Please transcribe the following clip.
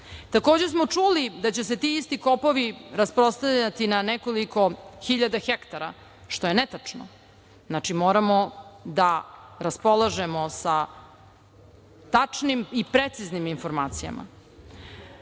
Takođe smo čuli da će se ti isti kopovi rasprostirati na nekoliko hiljada hektara, što je netačno. Znači, moramo da raspolažemo tačnim i preciznim informacijama.